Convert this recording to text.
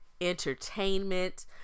entertainment